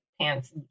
pants